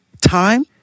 time